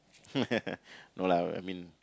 no lah I mean